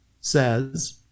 says